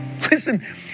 Listen